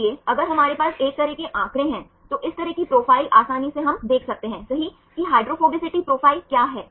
इसलिए अगर हमारे पास एक तरह के आंकड़े हैं तो इस तरह की प्रोफाइल आसानी से हम सही देख सकते हैं कि हाइड्रोफोबिसिटी प्रोफाइल क्या है